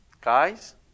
Guys